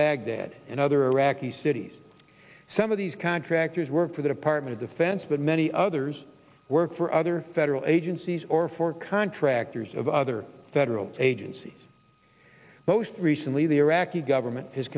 baghdad and other iraqi cities some of these contractors work for the department of defense but many others work for other federal agencies or for contractors of other federal agencies most recently the iraqi government h